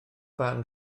barn